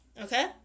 Okay